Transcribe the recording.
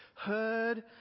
heard